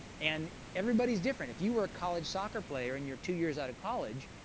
and everybody's different. if you were a college soccer player, and you're two years out of college,